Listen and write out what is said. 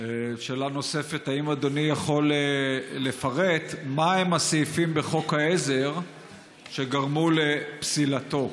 שאלה נוספת: האם אדוני יכול לפרט מהם הסעיפים בחוק העזר שגרמו לפסילתו,